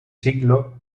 siglo